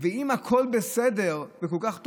ואם הכול בסדר וכל כך טוב,